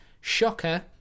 shocker